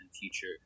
future